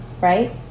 right